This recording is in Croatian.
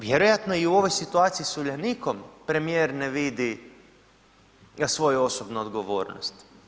Vjerojatno i u ovo situaciji sa Uljanikom premijer ne vidi svoju osobnu odgovornost.